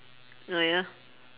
oh ya